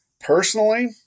Personally